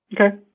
Okay